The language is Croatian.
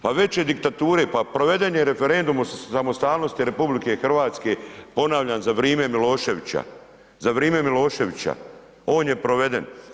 Pa veće diktature, pa proveden je referendum o samostalnosti RH, ponavljam za vrijeme Miloševića, za vrijeme Miloševića, on je proveden.